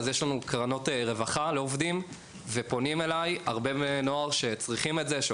יש לנו גם קרנות רווחה לעובדים ופונים אליי הרבה בני נוער שנעזרים